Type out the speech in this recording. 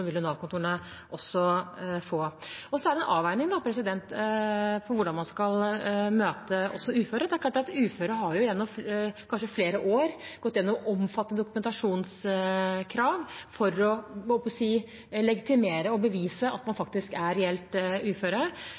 få. Det er en avveining hvordan man skal møte uføre. Uføre har gjennom kanskje flere år vært igjennom omfattende dokumentasjonskrav for å legitimere og bevise at man faktisk er reelt